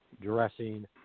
dressing